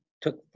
took